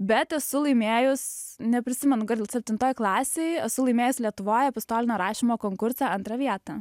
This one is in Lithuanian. bet esu laimėjus neprisimenu gal septintoj klasėj esu laimės lietuvoj epistolinio rašymo konkurse antrą vietą